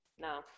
no